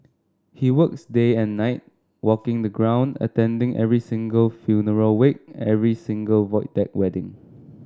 he works day and night walking the ground attending every single funeral wake every single Void Deck wedding